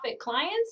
clients